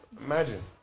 imagine